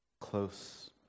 close